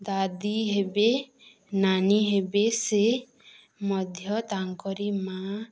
ଦାଦି ହେବେ ନାନୀ ହେବେ ସେ ମଧ୍ୟ ତାଙ୍କରି ମା'